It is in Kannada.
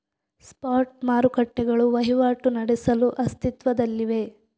ಸ್ಪಾಟ್ ಮಾರುಕಟ್ಟೆಗಳು ವಹಿವಾಟು ನಡೆಸಲು ಅಸ್ತಿತ್ವದಲ್ಲಿವೆ